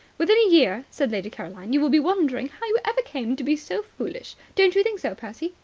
within a year, said lady caroline, you will be wondering how you ever came to be so foolish. don't you think so, percy?